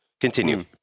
Continue